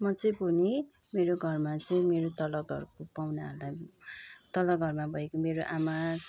म चाहिँ भूमि मेरो घरमा चाहिँ मेरो तल घरको पाहुनाहरूलाई तल घर भएको मेरो आमा